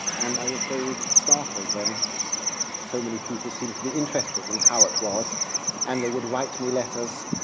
and i was very startled when so many people seemed to be interested in how it was and they would write to me letters,